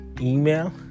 email